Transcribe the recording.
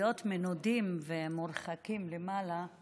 להיות מנודים ומורחקים למעלה,